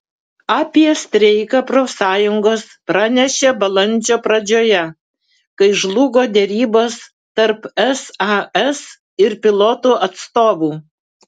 apie streiką profsąjungos pranešė balandžio pradžioje kai žlugo derybos tarp sas ir pilotų atstovų